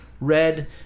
red